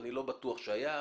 אני לא בטוח שהיה,